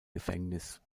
gefängnis